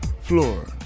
floor